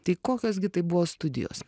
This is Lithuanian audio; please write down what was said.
tai kokios gi tai buvo studijos